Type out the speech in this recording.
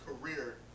career